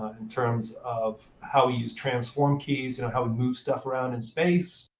in terms of how we use transform keys, you know how we move stuff around in space,